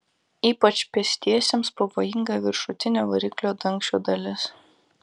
ypač pėstiesiems pavojinga viršutinio variklio dangčio dalis